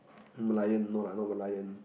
lion no lah not lion